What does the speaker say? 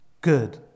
good